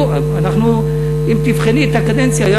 אם תבחני את הקדנציה,